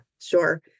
sure